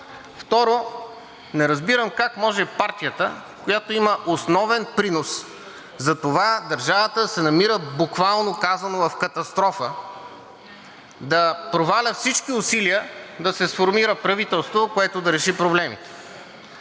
Второ, не разбирам как може партията, която има основен принос за това държавата да се намира буквално казано в катастрофа, да проваля всички усилия да се сформира правителство, което да реши проблемите.